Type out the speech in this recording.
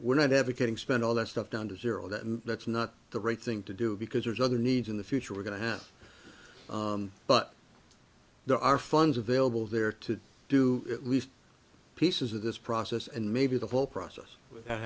we're not advocating spend all that stuff down to zero that that's not the right thing to do because there's other needs in the future we're going to have but there are funds available there to do at least pieces of this process and maybe the whole process without